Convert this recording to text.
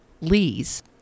Lee's